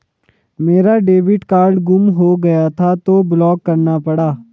मेरा debit card गुम हो गया था तो ब्लॉक करना पड़ा